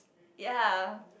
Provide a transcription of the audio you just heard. ya